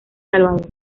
salvador